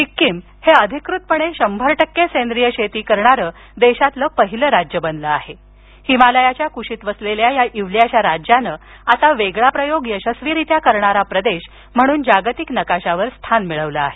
सिक्कीम हे अधिकृतपणे शंभर टक्के सेंद्रीय शेती करणारं देशातलं पहिलं राज्य बनलं असून हिमालयाच्या कुशीत वसलेल्या या इवल्याश्या राज्यानं आता वेगळा प्रयोग यशस्वीरीत्या करणारा प्रदेश म्हणून जागतिक नकाशावर स्थान मिळवलं आहे